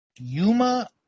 Yuma